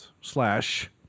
slash